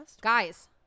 Guys